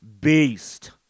Beast